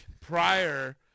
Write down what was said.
prior